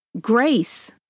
grace